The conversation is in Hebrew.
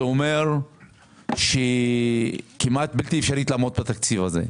זה אומר שכמעט בלתי אפשרי לעמוד בתקציב הזה.